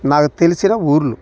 నాకు తెలిసిన ఊర్లు